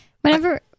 whenever